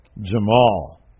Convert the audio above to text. Jamal